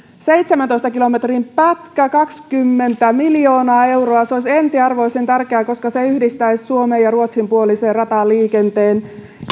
seitsemäntoista kilometrin pätkä kaksikymmentä miljoonaa euroa se olisi ensiarvoisen tärkeä koska se yhdistäisi suomen ja ruotsin puoleisen rataliikenteen